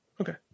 Okay